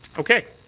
okay.